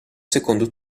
secondo